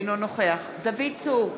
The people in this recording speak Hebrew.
אינו נוכח דוד צור,